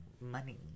money